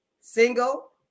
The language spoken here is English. single